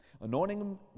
anointing